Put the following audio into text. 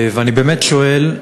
אני באמת שואל,